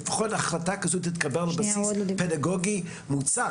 החלטה כזו צריכה להתקבל על בסיס פדגוגי מוצק